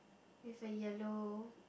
with a yellow